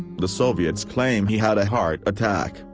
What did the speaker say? the soviets claim he had a heart attack,